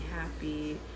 happy